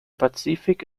pazifik